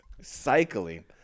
Cycling